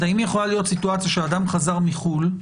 אז האם יכולה להיות סיטואציה שאדם חזר מחו"ל,